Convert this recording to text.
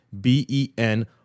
b-e-n